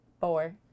four